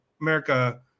America